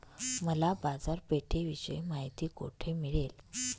मला बाजारपेठेविषयी माहिती कोठे मिळेल?